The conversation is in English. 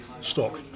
stock